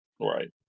Right